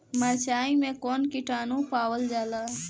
मारचाई मे कौन किटानु पावल जाला?